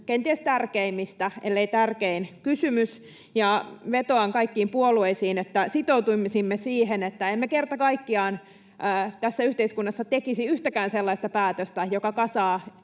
kenties tärkeimmistä, ellei tärkein, kysymys, ja vetoan kaikkiin puolueisiin, että sitoutuisimme siihen, että emme kerta kaikkiaan tässä yhteiskunnassa tekisi yhtäkään sellaista päätöstä, joka kasaa